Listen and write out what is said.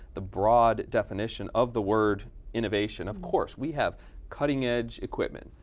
the broad definition of the word innovation. of course we have cutting-edge equipment.